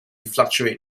fluctuate